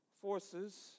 forces